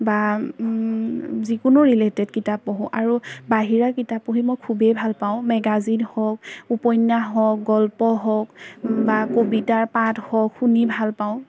বা যিকোনো ৰিলেটেড কিতাপ পঢ়োঁ আৰু বাহিৰা কিতাপ পঢ়ি মই খুবেই ভালপাওঁ মেগাজিন হওক উপন্যাস হওক গল্প হওক বা কবিতাৰ পাঠ হওক শুনি ভালপাওঁ